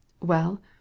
Well